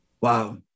Wow